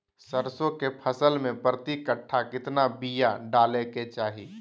सरसों के फसल में प्रति कट्ठा कितना बिया डाले के चाही?